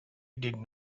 did